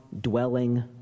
dwelling